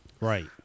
Right